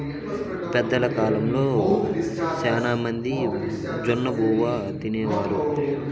పెద్దల కాలంలో శ్యానా మంది జొన్నబువ్వ తినేవారు